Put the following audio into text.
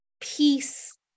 peace